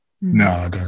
No